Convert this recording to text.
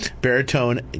baritone